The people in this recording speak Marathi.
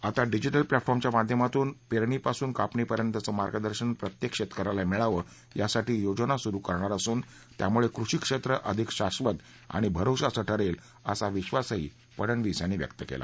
आता डिजिटल प्लॅटफॉर्म च्या माध्यमातून पेरणीपासून कापणी पर्यंतचं मार्गदर्शन प्रत्येक शेतक याला मिळावं यासाठी योजना सुरू करणार असून त्यामुळे कृषी क्षेत्र अधिक शाधत आणि भरवशाचं ठरेल असा विधासही फडणवीस यांनी व्यक्त केला